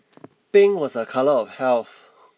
pink was a colour of health